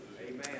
Amen